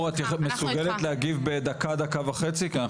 אנחנו איתך.